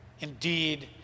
indeed